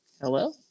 Hello